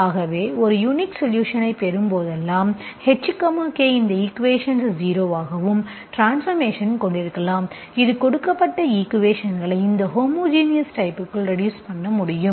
ஆகவே ஒரு யுனிக் சொலுஷன்ஐ பெறும்போதெல்லாம் h k இந்த ஈக்குவேஷன்ஸ் 0 ஆகவும் ட்ரான்ஸ்பார்மேஷன் கொண்டிருக்கலாம் இது கொடுக்கப்பட்ட ஈக்குவேஷன்ஸ்களை இந்த ஹோமோஜினஸ் டைப்புக்குள் ரெட்யூஸ் பண்ண முடியும்